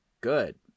good